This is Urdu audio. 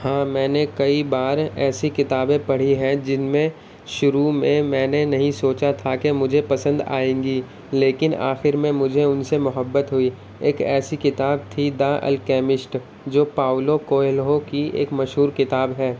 ہاں میں نے کئی بار ایسی کتابیں پڑھی ہیں جن میں شروع میں میں نے نہیں سوچا تھا کہ مجھے پسند آئیں گی لیکن آخر میں مجھے ان سے محبت ہوئی ایک ایسی کتاب تھی دا الکیمسٹ جو پاؤلو کویلہو کی ایک مشہور کتاب ہے